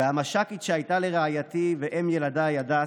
והמש"קית שהייתה לרעייתי ואם ילדיי, הדס,